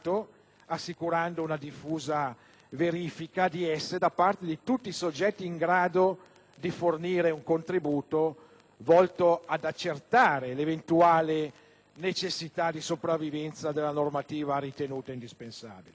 assicurando una diffusa verifica di esse da parte di tutti i soggetti in grado di fornire un contributo volto ad accertare l'eventuale necessità di sopravvivenza della normativa ritenuta indispensabile.